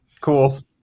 Cool